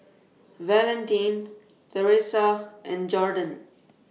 Valentin Teressa and Jordon